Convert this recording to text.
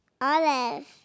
Olive